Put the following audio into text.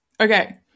Okay